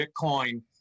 Bitcoin